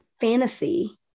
fantasy